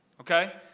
Okay